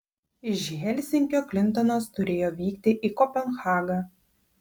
iš helsinkio klintonas turėjo vykti į kopenhagą